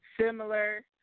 similar